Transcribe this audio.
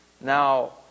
Now